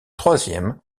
troisième